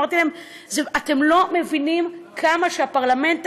אמרתי להם: אתם לא מבינים כמה שהפרלמנט